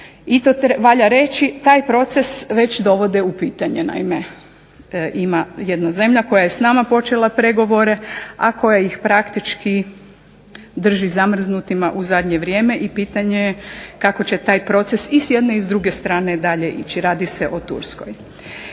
i to valja reći, taj proces već dovode u pitanje. Naime, ima jedna zemlja koja je s nama počela pregovore, a koja ih praktički drži zamrznutima u zadnje vrijeme i pitanje je kako će taj proces i s jedne i s druge strane dalje ići. Radi se o Turskoj.